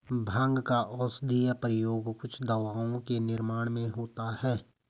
भाँग का औषधीय प्रयोग कुछ दवाओं के निर्माण में होता है